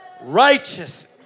Righteous